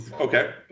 Okay